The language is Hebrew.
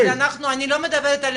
לא אני לא מדברת,